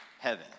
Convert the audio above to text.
heaven